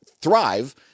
thrive